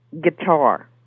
guitar